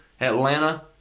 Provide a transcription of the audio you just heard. Atlanta